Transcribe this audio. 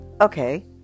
okay